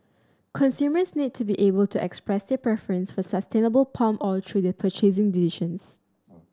consumers need to be able to express their preference for sustainable palm oil through their purchasing decisions